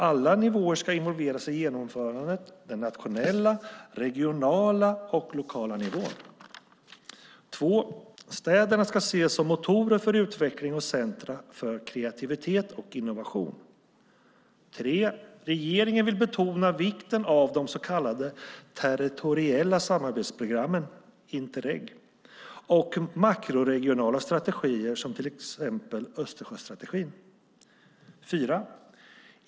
Alla nivåer ska involveras i genomförandet, den nationella, den regionala och den lokala nivån. 2. Städerna ska ses som motorer för utveckling och centrum för kreativitet och innovation. 3. Regeringen vill betona vikten av de så kallade territoriella samarbetsprogrammen, Interreg, och makroregionala strategier, till exempel Östersjöstrategin. 4.